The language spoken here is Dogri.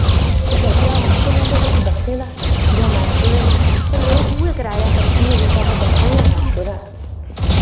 ते बचेआ आप्शन उं'दे कश बस्सें दा जां मैटाडोरें दा उ'ऐ कराया खर्चियै जेह्का तां बस्सां जां मैटाडोरां